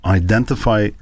identify